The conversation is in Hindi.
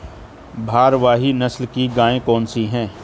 भारवाही नस्ल की गायें कौन सी हैं?